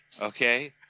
Okay